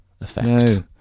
effect